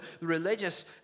religious